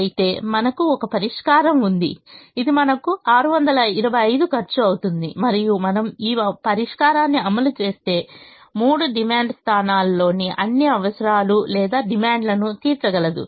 అయితే మనకు ఒక పరిష్కారం ఉంది ఇది మనకు కు 625 ఖర్చు అవుతుంది మరియు మనము ఈ పరిష్కారాన్ని అమలు చేస్తే మూడు డిమాండ్ స్థానాల్లోని అన్ని అవసరాలు లేదా డిమాండ్లను తీర్చగలదు